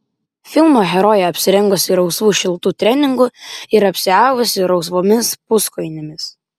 filmo herojė apsirengusi rausvu šiltu treningu ir apsiavusi rausvomis puskojinėmis